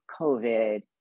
COVID